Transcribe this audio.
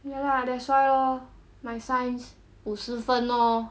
ya lah that's why lor my science 五十分 lor